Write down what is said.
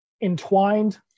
entwined